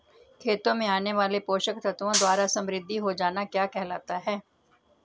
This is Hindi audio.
खेतों में आने वाले पोषक तत्वों द्वारा समृद्धि हो जाना क्या कहलाता है?